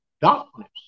darkness